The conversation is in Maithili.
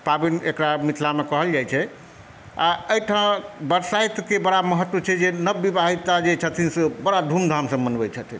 पाबनि एकरा मिथिलामे कहल जाइछै आ एहिठाम बरसाइतके बड़ा महत्व छै जे नवविवाहिता जे छथिन से बड़ा धूमधामसँ मनबै छथिन